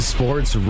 Sports